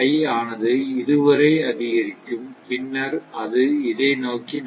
ஆனது இதுவரை அதிகரிக்கும் பின்னர் அது இதை நோக்கி நகரும்